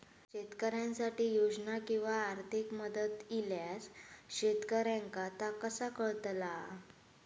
शेतकऱ्यांसाठी योजना किंवा आर्थिक मदत इल्यास शेतकऱ्यांका ता कसा कळतला?